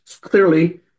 Clearly